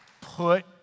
Put